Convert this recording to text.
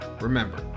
remember